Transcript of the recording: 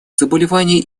заболеваний